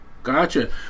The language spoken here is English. Gotcha